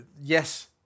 yes